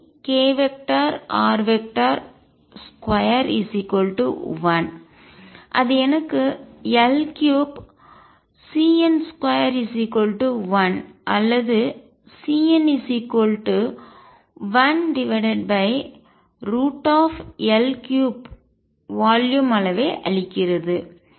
r21 அது எனக்கு L3CN21 அல்லது CN1L3 வால்யும் தொகுதி அளவை அளிக்கிறது